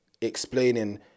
explaining